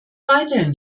weiterhin